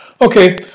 Okay